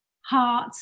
heart